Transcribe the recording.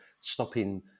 stopping